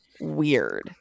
weird